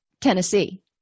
Tennessee